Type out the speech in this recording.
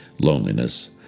loneliness